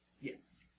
Yes